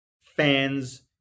fans